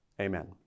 amen